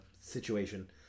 situation